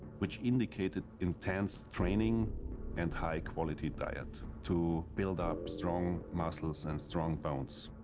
which indicated intense training and high quality diet to build up strong muscles and strong bones.